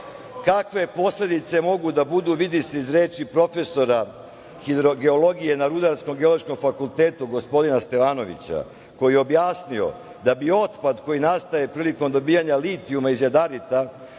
posledice mogu da budu vidi se iz reči profesora hidrogeologije na Rudarsko-geološkom fakultetu, gospodina Stevanovića, koji je objasnio da bi otpad koji nastaje prilikom dobijanja litijuma iz jadarita